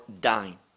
dying